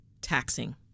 taxing